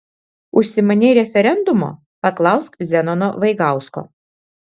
užsimanei referendumo paklausk zenono vaigausko